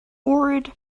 ohrid